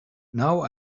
now